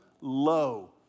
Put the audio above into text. low